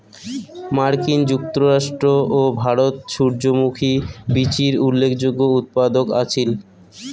মার্কিন যুক্তরাষ্ট্র ও ভারত সূর্যমুখী বীচির উল্লেখযোগ্য উৎপাদক আছিল